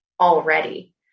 already